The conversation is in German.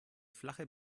flache